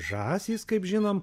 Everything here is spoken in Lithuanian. žąsys kaip žinom